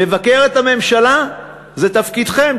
לבקר את הממשלה זה תפקידכם,